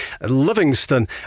Livingston